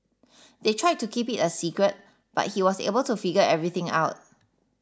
they tried to keep it a secret but he was able to figure everything out